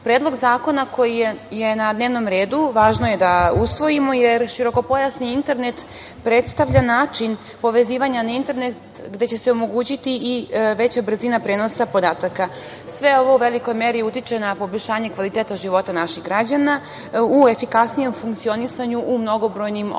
zakona koji je na dnevnom redu važno je da usvojimo, jer širokopojasni internet predstavlja način povezivanja na internet, gde će omogućiti i veća brzina prenosa podataka. Sve ovo u velikoj meri utiče na poboljšanje kvaliteta života naših građana, u efikasnijem funkcionisanju u mnogobrojnim oblastima. Upravo